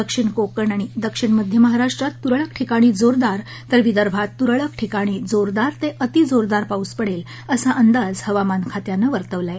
दक्षिण कोकण आणि दक्षिण मध्य महाराष्ट्रात तुरळक ठिकाणी जोरदार तर विदर्भात तुरळक ठिकाणी जोरदार ते अतिजोरदार पाऊस पडेल असा अंदाज हवामान खात्याने वर्तवला आहे